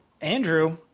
Andrew